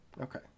Okay